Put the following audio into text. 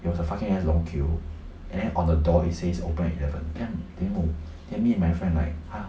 there was a fucking ass long queue and then on the door it says open at eleven am then I'm eh no me and my friend like !huh!